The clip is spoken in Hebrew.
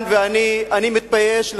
אני מסתכל כאן ואני מתבייש,